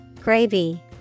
Gravy